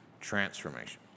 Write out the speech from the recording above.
transformation